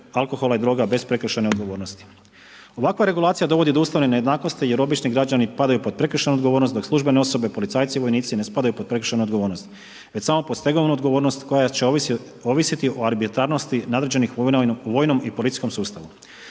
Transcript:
alkohola i droga bez prekršajne odgovornosti. Ovakva regulacija dovodi do ustavne nejednakosti jer obični građani padaju pod prekršajnu odgovornost, dok službene osobe, policajci i vojnici ne spadaju pod prekršajnu odgovornost već samo pod stegovnu odgovornost koja će ovisiti o arbitrarnosti nadređenih u vojnom i policijskom sustavu.